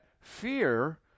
fear